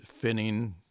finning